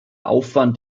aufwand